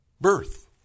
birth